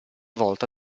volta